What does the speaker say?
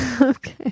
okay